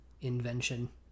invention